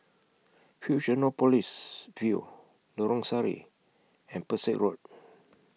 Fusionopolis View Lorong Sari and Pesek Road